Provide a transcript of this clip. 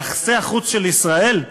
יחסי החוץ של ישראל,